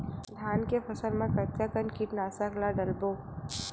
धान के फसल मा कतका कन कीटनाशक ला डलबो?